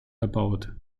erbaut